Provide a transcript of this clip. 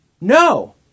No